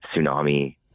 Tsunami